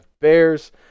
Bears